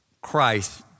Christ